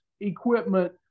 equipment